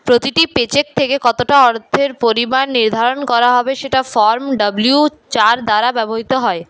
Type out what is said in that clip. প্রতিটি পেচেক থেকে কতটা অর্থের পরিমাণ নির্ধারণ করা হবে সেটা ফর্ম ডব্লিউ চার দ্বারা ব্যবহৃত হয়